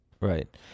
right